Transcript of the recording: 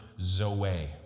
zoe